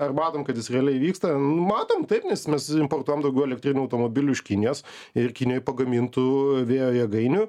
ar matom kad jis realiai vyksta nu matom taip nes mes importuojam daugiau elektrinių automobilių iš kinijos ir kinijoj pagamintų vėjo jėgainių